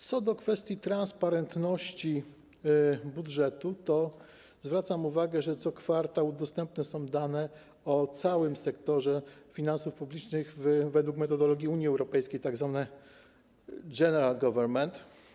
Co do kwestii transparentności budżetu to zwracam uwagę, że co kwartał dostępne są dane o całym sektorze finansów publicznych pozyskiwane według metodologii Unii Europejskiej, tzw. general government.